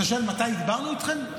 אתה שואל מתי דיברנו איתכם,